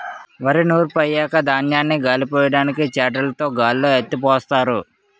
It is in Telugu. వరి నూర్పు అయ్యాక ధాన్యాన్ని గాలిపొయ్యడానికి చేటలుతో గాల్లో ఎత్తిపోస్తారు